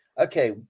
okay